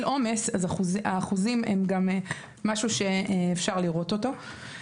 עומס אז האחוזים הם משהו שאפשר לראות אותו.